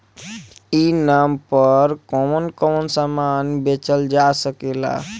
ई नाम पर कौन कौन समान बेचल जा सकेला?